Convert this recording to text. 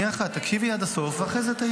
איך אתה מביא אותו ליחידה הזאת?